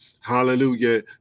hallelujah